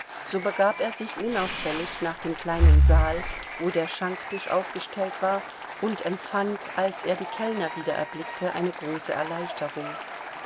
so begab er sich unauffällig nach dem kleinen saal wo der schanktisch aufgestellt war und empfand als er die kellner wieder erblickte eine große erleichterung